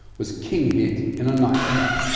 was king-hit in a night club.